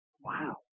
Wow